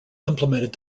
implemented